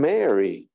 Mary